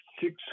six